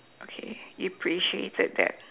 okay you appreciated that